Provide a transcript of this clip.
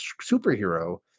superhero